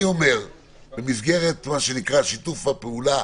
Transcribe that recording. במסגרת שיתוף הפעולה